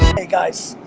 hey guys,